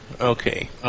Okay